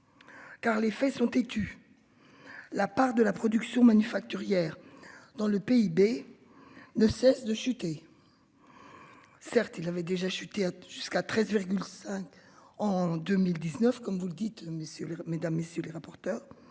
Car les faits sont têtus. La part de la production manufacturière. Dans le PIB. Ne cesse de chuter. Certes, il avait déjà chuté jusqu'à 13,5. En 2019, comme vous le dites, messieurs, mesdames messieurs les rapporteurs.